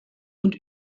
und